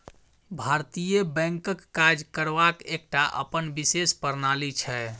भारतीय बैंकक काज करबाक एकटा अपन विशेष प्रणाली छै